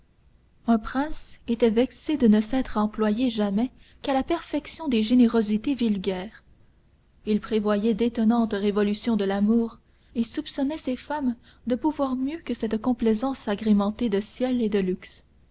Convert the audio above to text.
un prince était vexé de ne s'être employé jamais qu'à la perfection des générosités vulgaires il prévoyait d'étonnantes révolutions de l'amour et soupçonnait ses femmes de pouvoir mieux que cette complaisance agrémentée de ciel et de luxe